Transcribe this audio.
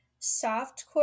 softcore